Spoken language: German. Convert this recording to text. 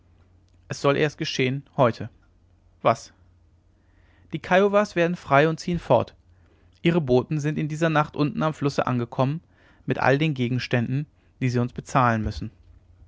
es soll erst geschehen heute was die kiowas werden frei und ziehen fort ihre boten sind in dieser nacht unten am flusse angekommen mit all den gegenständen die sie uns bezahlen müssen